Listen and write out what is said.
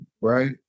right